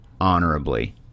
honorably